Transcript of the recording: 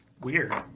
Weird